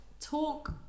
talk